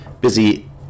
busy